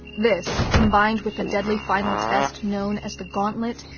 this, combined with the deadly final test known as the gauntlet,